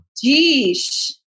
Geesh